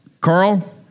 Carl